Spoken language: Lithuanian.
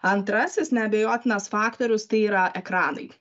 antrasis neabejotinas faktorius tai yra ekranai